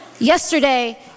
Yesterday